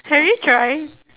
have you try